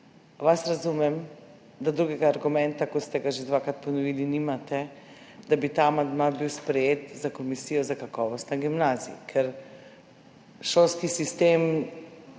vas razumem, da drugega argumenta, kot ste ga že dvakrat ponovili, nimate, da bi ta amandma bil sprejet za komisijo za kakovost na gimnaziji. Ker šolski sistem